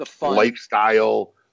lifestyle